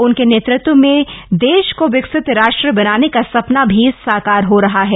उनके नेतृत्व में देश को विकसित राष्ट्र बनाने का सपना भी साकार हो रहा है